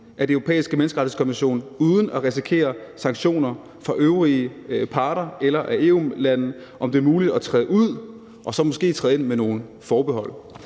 af Den Europæiske Menneskerettighedskonvention uden at risikere sanktioner fra øvrige parter eller fra EU-lande og så måske træde ind igen med nogle forbehold.